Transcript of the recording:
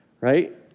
right